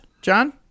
John